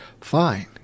Fine